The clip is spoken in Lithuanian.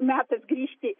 metas grįžti